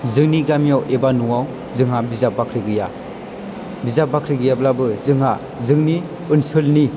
जोंनि गामियाव एबा न'आव जोंहा बिजाब बाख्रि गैया बिजाब बाख्रि गैयाब्लाबो जोंहा जोंनि ओनसोलनि